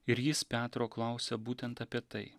ir jis petro klausia būtent apie tai